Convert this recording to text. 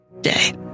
day